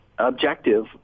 objective